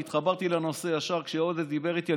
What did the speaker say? אני התחברתי לנושא ישר כשעודד דיבר איתי,